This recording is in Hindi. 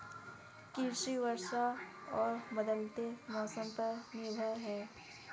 कृषि वर्षा और बदलते मौसम पर निर्भर है